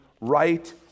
right